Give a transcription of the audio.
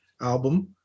album